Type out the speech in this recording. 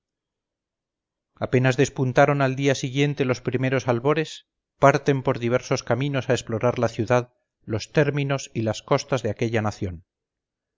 apenas despuntaron al siguiente día los primeros albores parten por diversos caminos a explorar la ciudad los términos y las costas de aquella nación